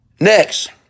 Next